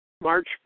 March